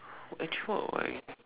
actually